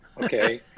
okay